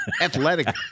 athletic